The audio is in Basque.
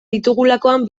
ditugulakoan